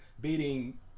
beating